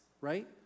right